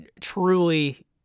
truly